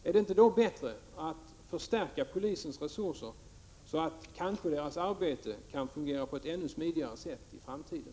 Är det inte då bättre att förstärka polisens resurser, så att dess arbete kanske kan fungera på ett ännu smidigare sätt i framtiden?